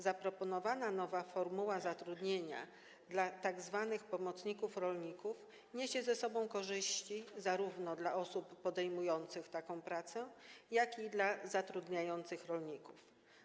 Zaproponowana nowa formuła zatrudnienia dla tzw. pomocników rolników niesie ze sobą korzyści zarówno dla osób podejmujących taką pracę, jak i dla zatrudniających je rolników.